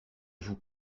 vous